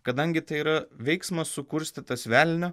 kadangi tai yra veiksmas sukurstytas velnio